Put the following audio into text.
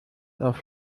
auf